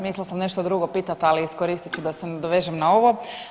Mislila sam nešto drugo pitati, ali iskoristit ću da se nadovežem na ovo.